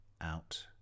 out